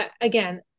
again